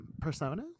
persona